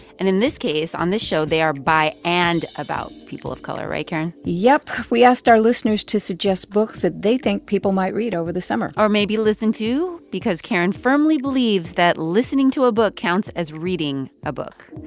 and in this case, on this show, they are by and about people of color. right, karen? yep. we asked our listeners to suggest books that they think people might read over the summer or maybe listen to because karen firmly believes that listening to a book counts as reading a book.